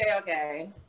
okay